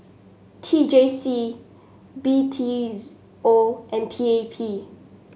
T J C B T O and P A P